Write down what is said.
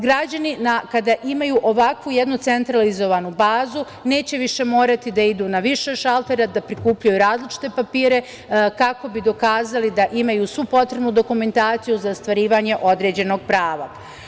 Građani kada imaju ovakvu jednu centralizovanu bazu neće više morati da idu na više šaltera da prikupljaju različite papire kako bi dokazali da imaju svu potrebnu dokumentaciju za ostvarivanje određenog prava.